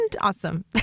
awesome